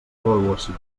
avaluació